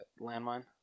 landmine